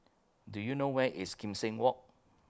Do YOU know Where IS Kim Seng Walk